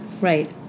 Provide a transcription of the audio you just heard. Right